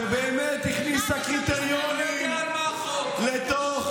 שבאמת הכניסה קריטריונים לתוך